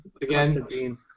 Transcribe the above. again